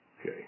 Okay